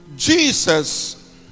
Jesus